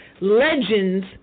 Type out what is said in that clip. legends